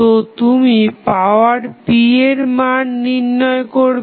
তো তুমি power p এর মান নির্ণয় করবে